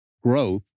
growth